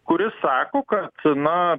kuris sako ka na